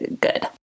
good